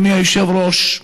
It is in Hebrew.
אדוני היושב-ראש,